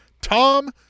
Tom